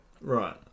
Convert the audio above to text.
Right